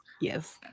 Yes